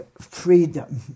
freedom